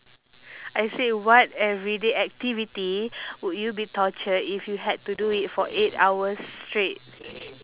I say what everyday activity would you be tortured if you had to do it for eight hours straight